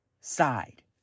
side